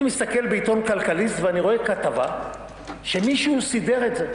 אני מסתכל בעיתון כלכליסט ואני רואה כתבה שמישהו סידר את זה,